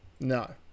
No